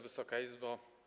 Wysoka Izbo!